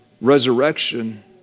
resurrection